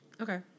Okay